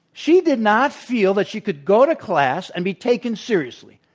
she did not feel that she could go to class and be taken seriously.